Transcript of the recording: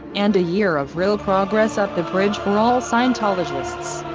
and a year of real progress up the bridge for all scientologists.